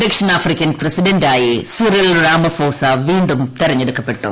ദക്ഷിണാഫ്രിക്കൻ പ്രസിഡന്റായി Cyril Ramaphosa വീണ്ടും തിരഞ്ഞെടുക്കപ്പെട്ടു